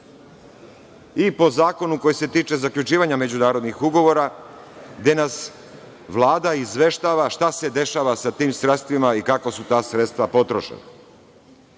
i po zakonu koji se tiče zaključivanja međunarodnih ugovora, gde nas Vlada izveštava šta se dešava sa tim sredstvima i kako su ta sredstva potrošena. Sada,